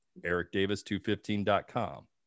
ericdavis215.com